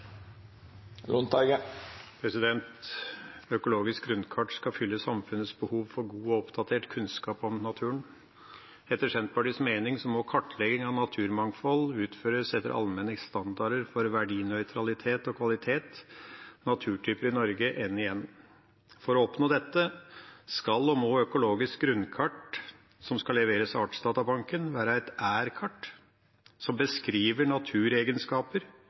god og oppdatert kunnskap om naturen. Etter Senterpartiets mening må kartlegging av naturmangfold utføres etter allmenne standarder for verdinøytralitet og kvalitet – Natur i Norge, NiN. For å oppnå dette skal og må økologisk grunnkart som skal leveres av Artsdatabanken, være et «er-kart», som beskriver